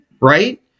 right